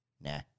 nah